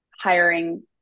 hiring